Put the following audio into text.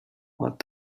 what